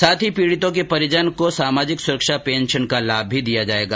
साथ ही पीडितों के परिजनों को सामाजिक सुरक्षा पेंशन का लाभ भी दिया जायेगा